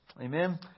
Amen